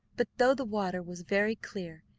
but though the water was very clear,